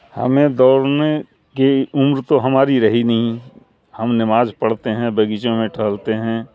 ہمیں دوڑنے کی عمر تو ہماری رہی نہیں ہم نماز پڑھتے ہیں باغیچوں میں ٹہلتے ہیں